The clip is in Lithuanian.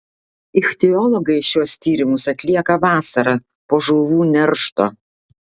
ichtiologai šiuos tyrimus atlieka vasarą po žuvų neršto